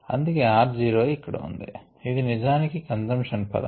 అందుకే r zero ఇక్కడ ఉంది ఇది నిజానికి కన్సంషన్ పదం